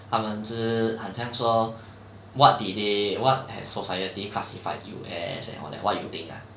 他们就是很像说 what did they what has society classified you as and all that what you think ah